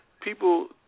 people